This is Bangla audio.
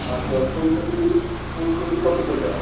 আচ্ছা ফুলকপি ফুলকপি কত করে